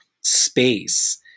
space